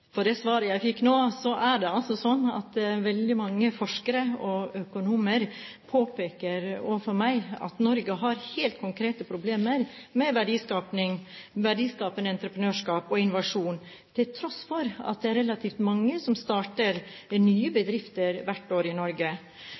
jeg fikk nå, er det altså sånn at veldig mange forskere og økonomer påpeker overfor meg at Norge har helt konkrete problemer med verdiskapende entreprenørskap og innovasjon, til tross for at det er relativt mange som starter nye bedrifter hvert år i Norge.